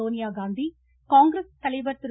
சோனியா காந்தி காங்கிரஸ் தலைவர் திரு